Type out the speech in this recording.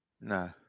No